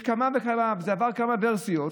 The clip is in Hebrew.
זה עבר כמה ורסיות,